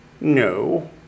no